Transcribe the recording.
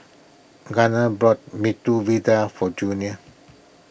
Gunner bought Medu Vada for Junior